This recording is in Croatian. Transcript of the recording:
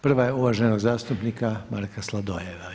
Prva je uvaženog zastupnika Marka Sladoljeva.